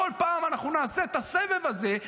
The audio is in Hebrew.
בכל פעם אנחנו נעשה את הסבב הזה,